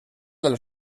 del